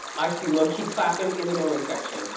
i see low key clapping in the norman section,